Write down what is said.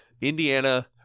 Indiana